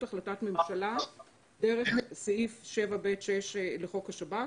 החלטת ממשלה דרך סעיף 7(ב)(6) לחוק השב"כ,